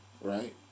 right